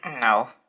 No